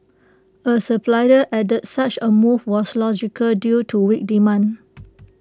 A supplier added such A move was logical due to weak demand